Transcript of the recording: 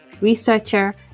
researcher